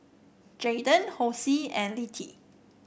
Jaiden Hosie and Littie